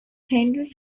henry